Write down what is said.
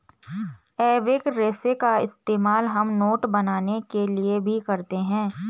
एबेक रेशे का इस्तेमाल हम नोट बनाने के लिए भी करते हैं